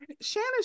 Shannon